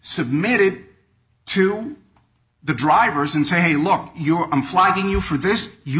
submit it to the drivers and say hey look you i'm flying you for this you